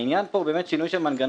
העניין פה הוא הוא שינוי של מנגנון,